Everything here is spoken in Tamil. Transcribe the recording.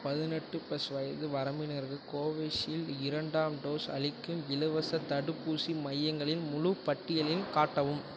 பதினெட்டு ப்ளஸ் வயது வரம்பினருக்கு கோவிஷீல்டு இரண்டாம் டோஸ் அளிக்கும் இலவசத் தடுப்பூசி மையங்களின் முழுப் பட்டியலையும் காட்டவும்